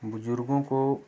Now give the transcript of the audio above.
बुजुर्गों को